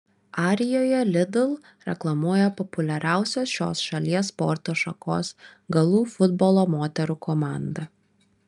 arijoje lidl reklamuoja populiariausios šios šalies sporto šakos galų futbolo moterų komanda